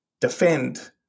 defend